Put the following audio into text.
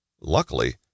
Luckily